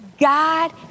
God